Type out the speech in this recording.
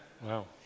Wow